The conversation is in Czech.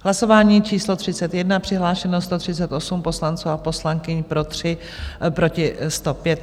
Hlasování číslo 31, přihlášeno 138 poslanců a poslankyň, pro 3, proti 105.